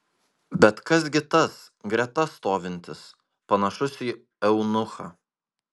bet kas gi tas greta stovintis panašus į eunuchą